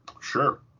Sure